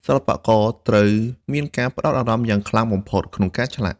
សិល្បករត្រូវមានការផ្តោតអារម្មណ៍យ៉ាងខ្លាំងបំផុតក្នុងការឆ្លាក់។